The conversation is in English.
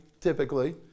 typically